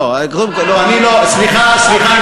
סליחה,